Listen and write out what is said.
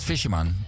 Fisherman